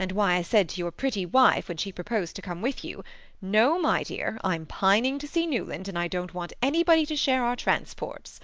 and why i said to your pretty wife, when she proposed to come with you no, my dear, i'm pining to see newland, and i don't want anybody to share our transports